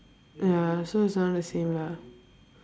ya so it's around the same lah